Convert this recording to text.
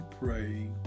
pray